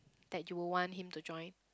that you would want him to join